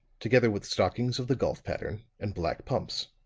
together with stockings of the golf pattern, and black pumps.